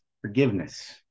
forgiveness